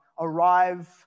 arrive